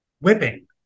whipping